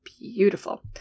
beautiful